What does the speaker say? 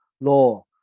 law